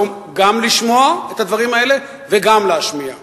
גם לשמוע את הדברים וגם להשמיע.